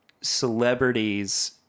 celebrities